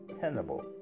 tenable